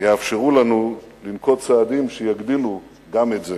יאפשרו לנו לנקוט צעדים שיגדילו גם את זה.